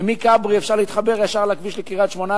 ומכברי אפשר להתחבר ישר לכביש לקריית-שמונה,